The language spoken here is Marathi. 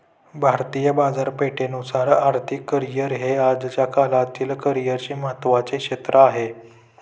भारतीय बाजारपेठेनुसार आर्थिक करिअर हे आजच्या काळातील करिअरचे महत्त्वाचे क्षेत्र आहे